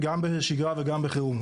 גם בשגרה וגם בחירום,